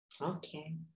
Okay